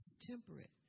temperate